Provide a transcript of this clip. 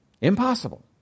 Impossible